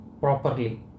properly